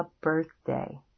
birthday